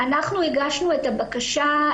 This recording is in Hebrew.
אנחנו הגשנו את הבקשה,